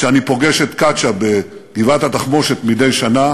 כשאני פוגש את קצ'ה בגבעת-התחמושת מדי שנה,